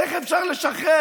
איך אפשר לשחרר?